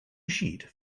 sheet